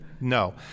No